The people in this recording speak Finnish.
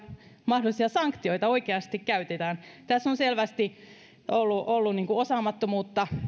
mahdollisia sanktioita oikeasti käytetään tässä on selvästi ollut ollut osaamattomuutta